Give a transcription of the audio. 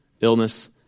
illness